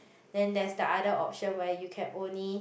then there's the other option where you can only